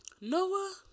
Noah